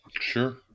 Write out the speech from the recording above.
sure